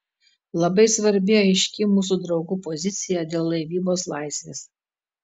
labai svarbi aiški mūsų draugų pozicija dėl laivybos laisvės